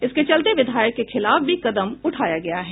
इसके चलते विधायक के खिलाफ भी कदम उठाया गया है